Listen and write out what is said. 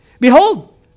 behold